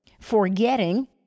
forgetting